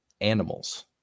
animals